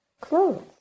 clothes